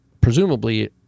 presumably